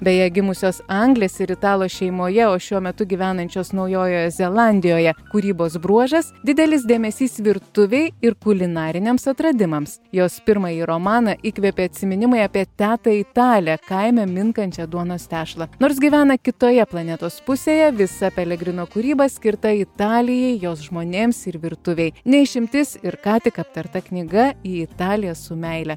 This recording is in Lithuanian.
beje gimusios anglės ir italo šeimoje o šiuo metu gyvenančios naujojoje zelandijoje kūrybos bruožas didelis dėmesys virtuvei ir kulinariniams atradimams jos pirmąjį romaną įkvėpė atsiminimai apie tetą italę kaime minkančią duonos tešlą nors gyvena kitoje planetos pusėje visa pelegrino kūryba skirta italijai jos žmonėms ir virtuvei ne išimtis ir ką tik aptarta knyga į italiją su meile